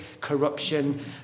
corruption